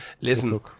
listen